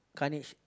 carnage